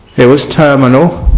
it was terminal